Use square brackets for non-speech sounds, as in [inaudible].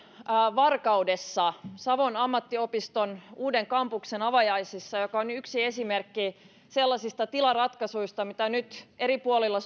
varkaudessa savon ammattiopiston uuden kampuksen avajaisissa joka on yksi esimerkki sellaisista tilaratkaisuista mitä nyt eri puolilla [unintelligible]